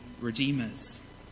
redeemers